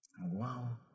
Wow